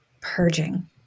purging